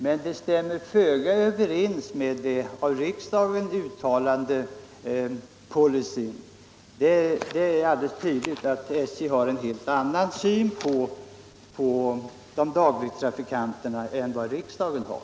Men den stämmer föga överens med den policy som riksdagen uttalat sig för. Det är alldeles tydligt att SJ har en helt annan syn på dagligtrafikanterna än vad riksdagen har.